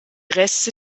reste